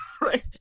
right